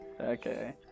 Okay